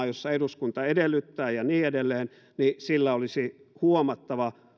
jossa eduskunta edellyttää ja niin edelleen niin sillä olisi huomattava